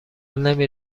نمی